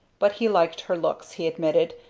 but he liked her looks, he admitted,